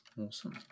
awesome